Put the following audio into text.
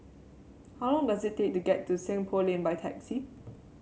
how long does it take to get to Seng Poh Lane by taxi